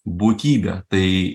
būtybė tai